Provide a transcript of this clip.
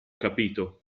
capito